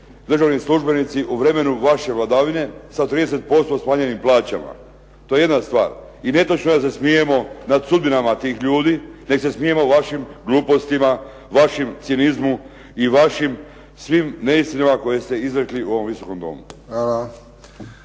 državni službenici u vremenu vaše vladavine sa 30% smanjenim plaćama, to je jedna stvar. I netočno je da se smijemo nad sudbinama tih ljudi, nego se smijemo vašim glupostima, vašem cinizmu i vašim svim neistinama koje ste izrekli u ovom Visokom domu.